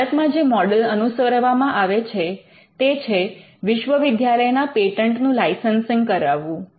ભારતમાં જે મોડેલ અનુસરવામાં આવે છે તે છે વિશ્વવિદ્યાલયના પેટન્ટનું લાઇસન્સિંગ કરાવવું